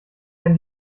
denn